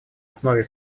основе